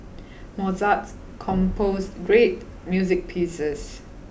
Mozart composed great music pieces